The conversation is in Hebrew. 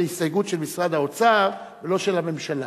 זאת הסתייגות של משרד האוצר ולא של הממשלה.